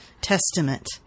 Testament